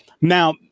Now –